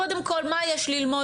קודם כל מה יש ללמוד?